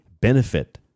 benefit